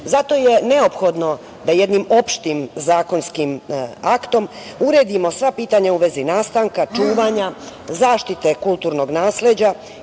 je neophodno da jednim opštim zakonskim aktom uredimo sva pitanja u vezi nastanka, čuvanja, zaštite kulturnog nasleđa